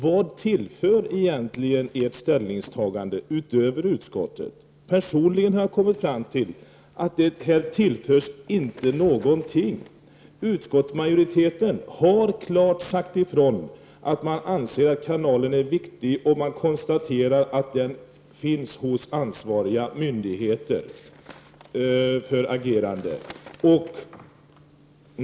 Vad tillför egentligen ert ställningstagande utöver utskottets ställningstagande? Personligen har jag kommit fram till att frågan inte tillförs någonting. Utskottsmajoriteten har klart sagt ifrån att den anser att kanalen är viktig och konstaterar att ärendet är aktualiserat hos ansvariga myndigheter.